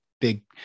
big